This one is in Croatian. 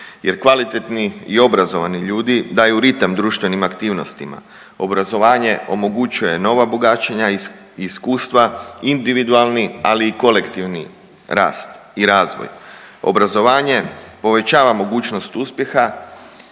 jer kvalitetni i obrazovani ljudi daju ritam društvenim aktivnostima. Obrazovanje omogućuje nova bogaćenja i iskustva, individualni, ali i kolektivni rast i razvoj. Obrazovanje povećava mogućnost uspjeha,